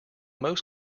most